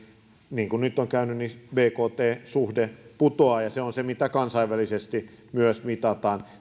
niin kuin nyt on käynyt niin bkt suhde putoaa ja se on se mitä kansainvälisesti myös mitataan